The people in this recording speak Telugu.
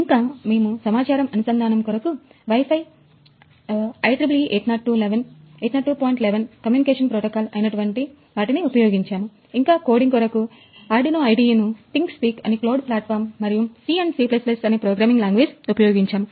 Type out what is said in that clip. ఇంకా మేము సమాచారం అనుసంధానము కొరకు వై ఫై మరియు C C అనేప్రోగ్రామింగ్ లాంగ్వేజ్ ఉపయోగించాము